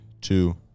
two